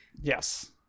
Yes